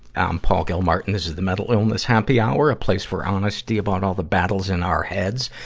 i'm paul gilmartin this is the mental illness happy hour a place for honesty about all the battles in our heads,